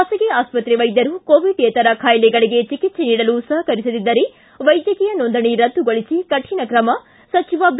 ಬಾಸಗಿ ಆಸ್ಪತ್ರೆ ವೈದ್ಯರು ಕೋವಿಡ್ಯೇತರ ಖಾಯಿಲೆಗಳಿಗೆ ಚಿಕಿತ್ಸೆ ನೀಡಲು ಸಹಕರಿಸದಿದ್ದರೆ ವೈದ್ಯಕೀಯ ನೋಂದಣಿ ರದ್ದುಗೊಳಿಸಿ ಕರಿಣ ಕ್ರಮ ಸಚಿವ ಬಿ